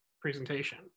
presentation